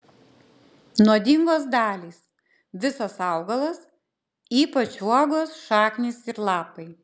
nuodingos dalys visas augalas ypač uogos šaknys ir lapai